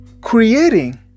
creating